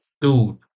dude